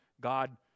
God